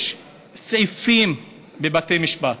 יש סעיפים בבתי משפט: